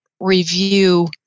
review